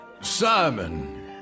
Simon